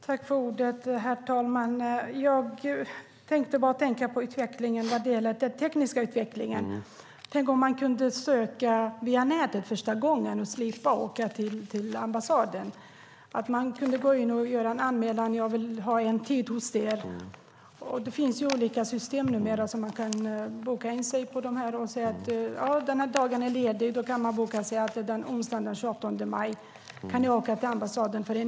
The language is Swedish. Herr talman! Jag tänker på den tekniska utvecklingen. Man skulle kunna söka första gången via nätet och slippa åka till ambassaden. Man skulle kunna gå in och anmäla att man vill ha en tid. Nu finns det ju olika system där man kan boka in sig. Man kan se att det finns en dag ledig och boka in sig för en intervju på ambassaden den dagen.